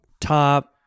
Top